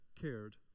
cared